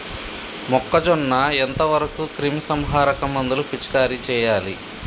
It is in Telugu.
మొక్కజొన్న ఎంత వరకు క్రిమిసంహారక మందులు పిచికారీ చేయాలి?